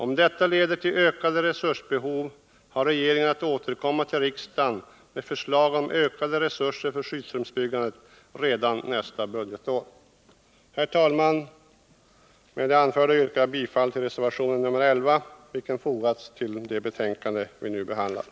Om detta leder till ökat resursbehov har regeringen att återkomma till riksdagen med förslag om ökade resurser för skyddsrumsbyggandet redan nästa budgetår. Herr talman! Med det anförda yrkar jag bifall till reservation nr 11 vid försvarsutskottets betänkande nr 13.